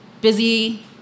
busy